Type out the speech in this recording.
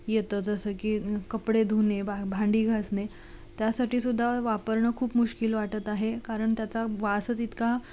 येतं जसं की कपडे धुणे भांडी घासणे त्यासाठी सुद्धा वापरणं खूप मुश्कील वाटत आहे कारण त्याचा वासच इतका